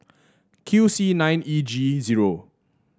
Q C nine E G zero